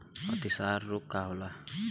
अतिसार रोग का होखे?